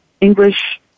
English